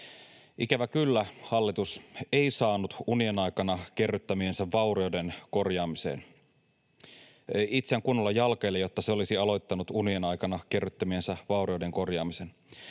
Ikävä kyllä hallitus ei saanut itseään kunnolla jalkeille, jotta se olisi aloittanut unien aikana kerryttämiensä vaurioiden korjaamisen.